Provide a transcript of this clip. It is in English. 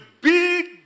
big